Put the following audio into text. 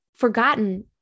forgotten